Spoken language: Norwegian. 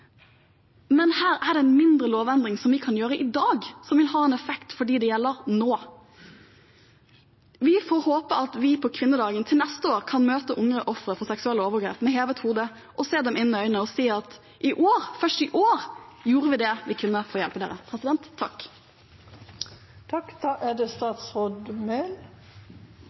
men her er det en mindre lovendring vi kan gjøre i dag, som vil ha effekt for dem det gjelder nå. Vi får håpe at vi på kvinnedagen neste år kan møte unge ofre for seksuelle overgrep med hevet hode, se dem inn i øynene og si: I år – først i år – gjorde vi det vi kunne for å hjelpe dere. Først vil jeg takke forslagsstillerne for å ta opp et viktig tema. I dag er det